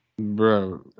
Bro